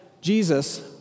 Jesus